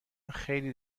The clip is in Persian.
خیلی